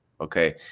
Okay